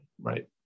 right